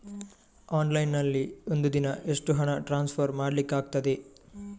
Online ನಲ್ಲಿ ಒಂದು ದಿನ ಎಷ್ಟು ಹಣ ಟ್ರಾನ್ಸ್ಫರ್ ಮಾಡ್ಲಿಕ್ಕಾಗ್ತದೆ?